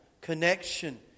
connection